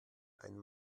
einen